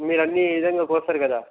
మీరు అన్నీ ఈ విధంగా కోస్తారు కదా